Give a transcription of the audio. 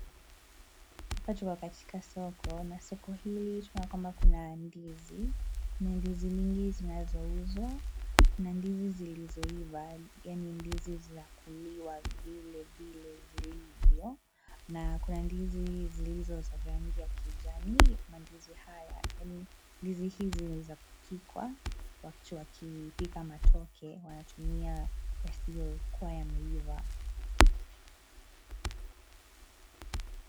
Watu wapo katika soko, na soko hili, tunaona kwamba kuna ndizi, kuna ndizi nyingi zinazouzwa. Kuna ndizi zilizoiva, yaani ndizi za kuliwa vilevile zilivyo, na kuna ndizi zilizo za rangi ya kijani, mandizi haya yaani, ndizi hizi ni za kupikwa, watu wakipika matoke, wanatumia yasiyokuwa yameiva.